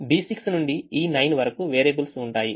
B6 నుండి E9 వరకు variables ఉంటాయి